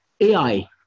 AI